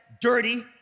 dirty